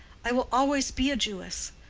i will always be a jewess.